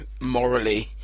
morally